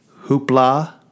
Hoopla